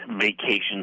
vacation